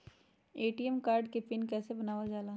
ATM card के PIN कैसे बनावल जाला?